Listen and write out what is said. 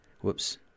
whoops